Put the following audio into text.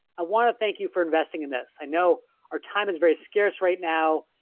i wanna thank you for investing in this. i know our time is very scarce right now.